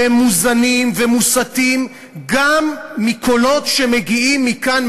שמוזנים ומוסתים גם מקולות שמגיעים מכאן,